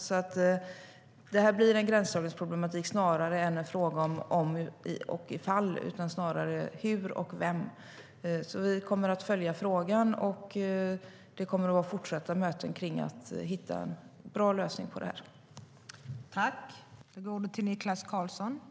Detta blir därför en gränsdragningsproblematik snarare än en fråga om och ifall. Det handlar snarare om hur och vem.